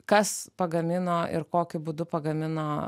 kas pagamino ir kokiu būdu pagamino